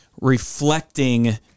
reflecting